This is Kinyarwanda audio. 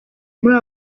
muri